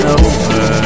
over